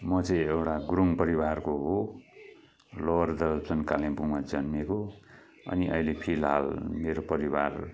म चाहिँ एउटा गुरुङ परिवारको हो लोवर दलपचन कालिम्पोङमा जन्मिएको हो अनि अहिले फिलहाल मेरो परिवार